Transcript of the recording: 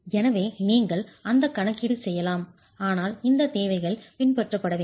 எனவே நீங்கள் அந்த கணக்கீடு செய்யலாம் ஆனால் இந்த தேவைகள் பின்பற்றப்பட வேண்டும்